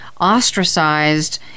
ostracized